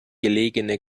gelegene